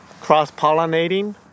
cross-pollinating